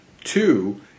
Two